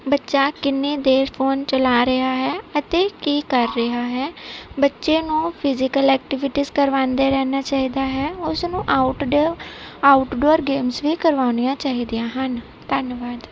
ਬੱਚਾ ਕਿੰਨੀ ਦੇਰ ਫੋਨ ਚਲਾ ਰਿਹਾ ਹੈ ਅਤੇ ਕੀ ਕਰ ਰਿਹਾ ਹੈ ਬੱਚੇ ਨੂੰ ਫਿਜੀਕਲ ਐਕਟੀਵਿਟੀਜ ਕਰਵਾਉਂਦੇ ਰਹਿਣਾ ਚਾਹੀਦਾ ਹੈ ਉਸ ਨੂੰ ਆਊਟਡੋ ਆਊਟਡੋਰ ਗੇਮਸ ਵੀ ਕਰਵਾਉਣੀਆਂ ਚਾਹੀਦੀਆਂ ਹਨ ਧੰਨਵਾਦ